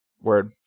Word